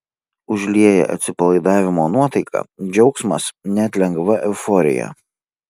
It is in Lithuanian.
užlieja atsipalaidavimo nuotaika džiaugsmas net lengva euforija